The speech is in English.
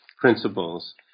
principles